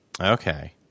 Okay